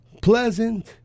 pleasant